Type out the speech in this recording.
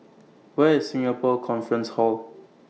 Where IS Singapore Conference Hall